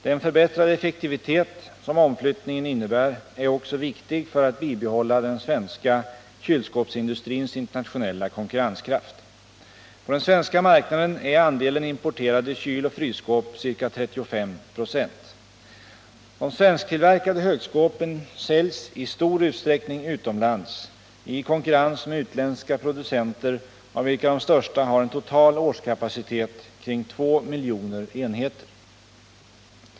Den förbättrade effektivitet som omflyttningen innebär är också viktig för att bibehålla den svenska kylskåpsindustrins internationella konkurrenskraft. På den svenska marknaden är andelen importerade kyloch frysskåp ca 35 26. De svensktillverkade högskåpen säljs i stor utsträckning utomlands, i konkurrens med utländska producenter, av vilka de största har en total årskapacitet kring 2 miljoner enheter.